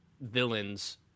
villains